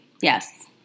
Yes